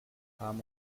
palm